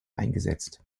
eingesetzt